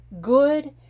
Good